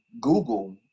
google